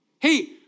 Hey